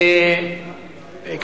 אדוני היושב-ראש,